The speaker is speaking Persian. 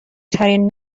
ترین